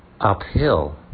uphill